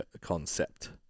concept